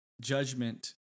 judgment